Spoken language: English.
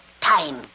Time